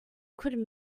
could